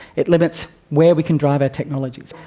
it limits where we can drive our technologies.